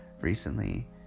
recently